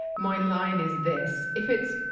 my line is this if it's